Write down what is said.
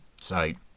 site